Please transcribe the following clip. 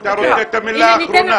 אתה רוצה את המילה האחרונה?